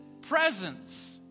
presence